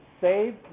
save